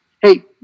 Hey